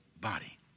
body